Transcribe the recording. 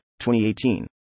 2018